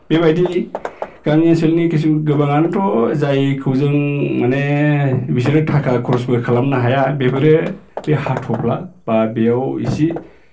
बेबायदि गामि ओनसोलनि किसु गोबाङानोथ' जायखौ जों माने बिसोरो थाखा खरसबो खालामनो हाया बेफोरो बे हाथफ्ला एबा बेयाव इसे